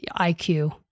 IQ